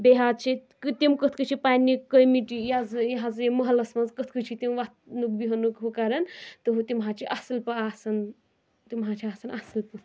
بیٚیہِ حظ چھِ تِم کٕتھ کٔنۍ چھِ پنٛنہِ کٔمِیٹی حظ یہِ حظ یِم محلَس منٛز کٕتھ کٔنۍ چھِ تِم وَتھنُک بِیٚہنُک ہُہ کَران تہٕ تِم حظ چھِ اَصٕل پٲٹھۍ آسان تِم حظ چھِ آسان اَصٕل پٲٹھۍ